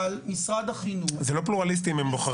אבל משרד החינוך --- זה לא פלורליסטי אם הם בוחרים.